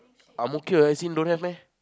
Ang-Mo-Kio as in don't have meh